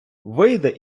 вийде